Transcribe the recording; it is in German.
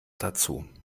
dazu